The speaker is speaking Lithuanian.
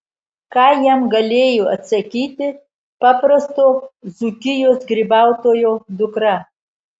ką jam galėjo atsakyti paprasto dzūkijos grybautojo dukra